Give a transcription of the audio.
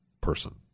person